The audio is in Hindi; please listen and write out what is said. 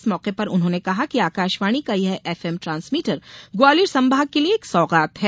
इस मौके पर उन्होंने कहा कि आकाशवाणी का यह एफएम ट्रांसमीटर ग्वालियर संभाग के लिये एक सौगात है